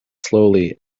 slowly